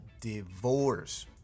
divorce